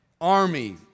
army